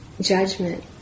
judgment